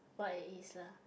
what it is lah